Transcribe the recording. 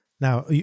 now